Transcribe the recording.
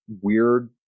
weird